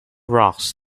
rocks